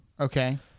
Okay